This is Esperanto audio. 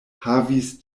havis